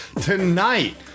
Tonight